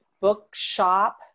Bookshop